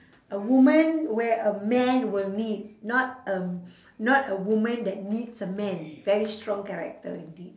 a woman where a man will need not a not a woman that needs a man very strong character indeed